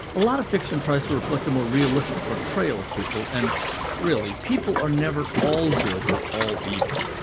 a lot of fiction tries to reflect a more realistic portrayal of people, and really people are never all good or all evil.